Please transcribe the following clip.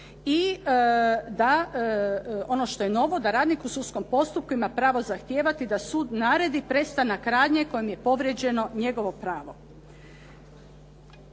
i da ono što je novo, da radnik u sudskom postupku ima pravo zahtijevati da sud naredi prestanak radnje kojom je povrijeđeno njegovo pravo.